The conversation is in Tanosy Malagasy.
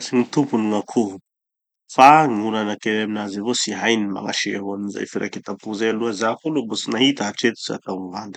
[mahafantatsy] gny tompony gn'akoho. Fa gn'olana kely aminazy avao, tsy hainy magnaseho anizay firaketam-po zay. Zaho koa aloha mbo tsy nahita hatreto. Tsy atao gny vandy.